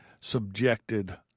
subjected